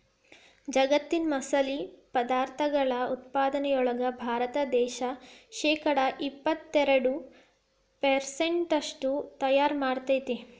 ಜಗ್ಗತ್ತಿನ ಮಸಾಲಿ ಪದಾರ್ಥಗಳ ಉತ್ಪಾದನೆಯೊಳಗ ಭಾರತ ದೇಶ ಶೇಕಡಾ ಎಪ್ಪತ್ತೆರಡು ಪೆರ್ಸೆಂಟ್ನಷ್ಟು ತಯಾರ್ ಮಾಡ್ತೆತಿ